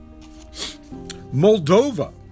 Moldova